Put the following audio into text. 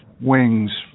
wings